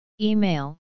Email